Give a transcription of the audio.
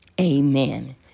Amen